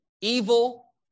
evil